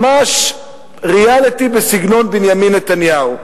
ממש "ריאליטי" בסגנון בנימין נתניהו.